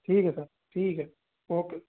ठीक है सर ठीक है ओके